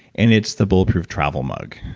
and it's the bulletproof travel mug.